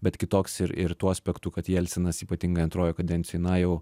bet kitoks ir ir tuo aspektu kad jelcinas ypatingai antrojoj kadencijoj na jau